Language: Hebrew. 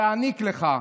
להעניק לך,